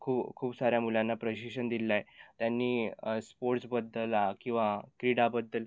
खू खूप साऱ्या मुलांना प्रशिक्षण दिलेलं आहे त्यांनी स्पोर्ट्सबद्दल किंवा क्रीडाबद्दल